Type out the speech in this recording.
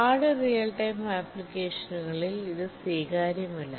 hard real time അപ്ലിക്കേഷനുകളിൽ ഇത് സ്വീകാര്യമല്ല